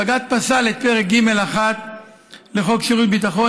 בג"ץ פסל את פרק ג'1 לחוק שירות ביטחון,